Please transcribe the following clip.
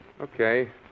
Okay